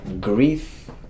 grief